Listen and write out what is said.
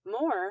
more